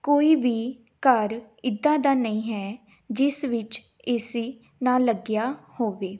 ਕੋਈ ਵੀ ਘਰ ਇੱਦਾਂ ਦਾ ਨਹੀਂ ਹੈ ਜਿਸ ਵਿੱਚ ਏ ਸੀ ਨਾ ਲੱਗਿਆ ਹੋਵੇ